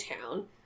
town